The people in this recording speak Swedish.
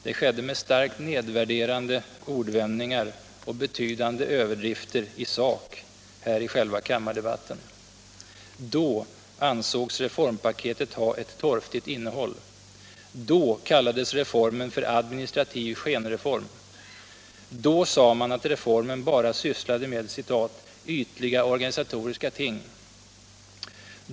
Det skedde med starkt nedvärderande ordvändning ar och betydande överdrifter i sak här i själva kammardebatten. Då ansågs reformpaketet ha ”ett torftigt innehåll”. Då kallades reformen en ”administrativ skenreform”. Då sade man att reformen bara sysslade ”med ytliga organisatoriska ting”.